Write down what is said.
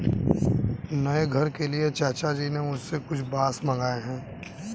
नए घर के लिए चाचा जी ने मुझसे कुछ बांस मंगाए हैं